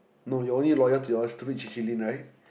no you are only loyal to your stupid J_J-Lin right